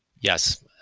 Yes